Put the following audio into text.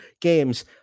games